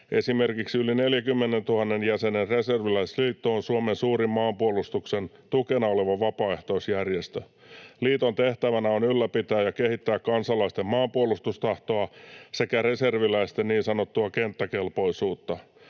Esimerkiksi yli 40 000 jäsenen Reserviläisliitto on Suomen suurin maanpuolustuksen tukena oleva vapaaehtoisjärjestö. Liiton tehtävänä on ylläpitää ja kehittää kansalaisten maanpuolustustahtoa sekä reserviläisten niin sanottua kenttäkelpoisuutta.